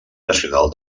nacional